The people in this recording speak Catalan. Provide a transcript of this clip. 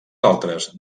altres